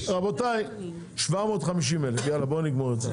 -- רבותי, 750 אלף יאללה בוא נגמור עם זה.